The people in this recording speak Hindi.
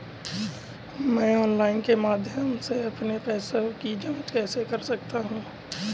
मैं ऑनलाइन के माध्यम से अपने पैसे की जाँच कैसे कर सकता हूँ?